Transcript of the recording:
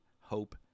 hope